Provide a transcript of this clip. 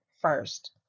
first